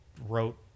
wrote